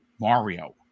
mario